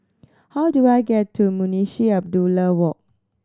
how do I get to Munshi Abdullah Walk